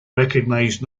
recognised